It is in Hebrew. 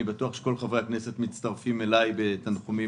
אני בטוח שכל חברי הכנסת מצטרפים אליי בתנחומים